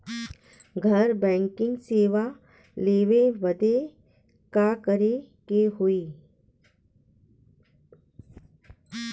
घर बैकिंग सेवा लेवे बदे का करे के होई?